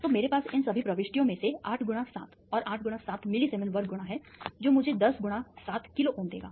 तो मेरे पास इन सभी प्रविष्टियों में से 8 गुणा 7 और 8 गुणा 7 मिलीसीमेंस वर्ग गुणा है जो मुझे 10 गुणा 7 किलो ओम देगा